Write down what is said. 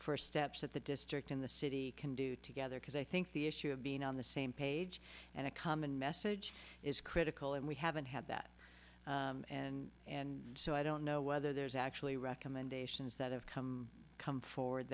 for steps that the district in the city can do together because i think the issue of being on the same page and a common message is critical and we haven't had that and and so i don't know whether there's actually recommendations that have come come forward